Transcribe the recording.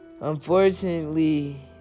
unfortunately